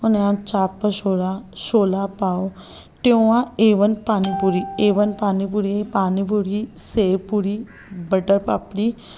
हुनजा चाप छोला छोला पाव टियो आहे ऐवन पानी पुरी ऐवन पानी पुरी पानी पुरी सेव पुरी बटर पापड़ी